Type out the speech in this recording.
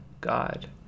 God